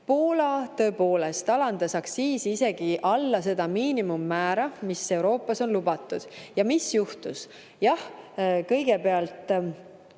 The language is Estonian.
Poola tõepoolest alandas aktsiisi isegi allapoole sellest miinimummäärast, mis Euroopas on lubatud. Ja mis juhtus? Jah, kõigepealt